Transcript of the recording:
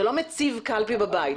אתה לא מציב קלפי בבית.